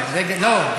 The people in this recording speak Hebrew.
לא,